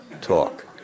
talk